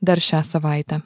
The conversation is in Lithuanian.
dar šią savaitę